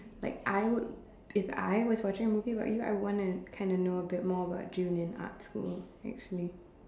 like I would if I was watching a movie about you I would wanna kind of know a bit more about June in arts school actually